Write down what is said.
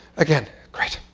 again, great.